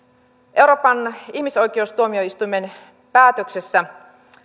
euroopan ihmisoikeustuomioistuimen päätöksessä